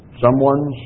someone's